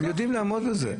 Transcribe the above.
הם יודעים לעמוד בזה.